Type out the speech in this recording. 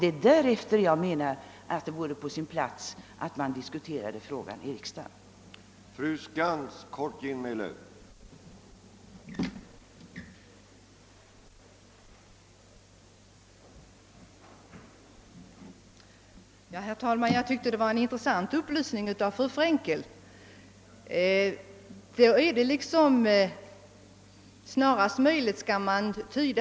Det är därför jag menar att det är väsentligt att frågan principiellt får diskuteras i riksdagen och dess mening inhämtas av regeringen.